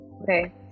Okay